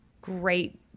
great